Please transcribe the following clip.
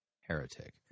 heretic